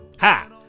Ha